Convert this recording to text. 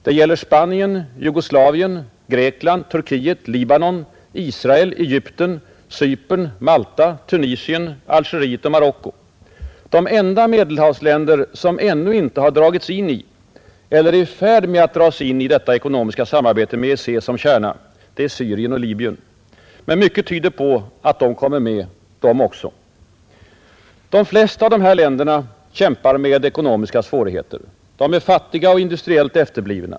Det gäller Spanien, Jugoslavien, Grekland, Turkiet, Libanon, Israel, Egypten, Cypern, Malta, Tunisien, Algeriet och Marocko. De enda Medelhavsländer som ännu inte har dragits in i eller är i färd med att dras in i detta ekonomiska samarbete med EEC som kärna är Syrien och Libyen. Men mycket tyder på att de kommer med, de också. De flesta av dessa länder kämpar med ekonomiska svårigheter. De är fattiga och industriellt efterblivna.